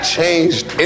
changed